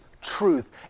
truth